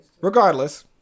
Regardless